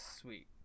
sweet